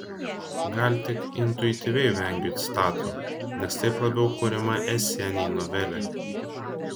gal tik intuityviai vengiu citatų nes taip labiau kuriama esė nei novelė